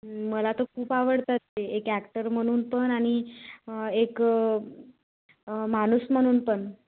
मला तर खूप आवडतात ते एक ॲक्टर म्हणून पण आणि एक माणूस म्हणून पण